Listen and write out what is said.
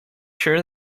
sure